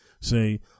say